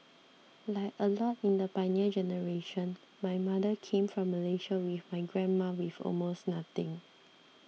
like a lot in the Pioneer Generation my mother came from Malaysia with my grandma with almost nothing